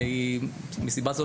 ומסיבה זו,